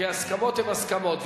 כי הסכמות הן הסכמות,